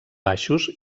baixos